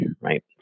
right